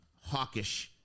hawkish